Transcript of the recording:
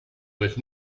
with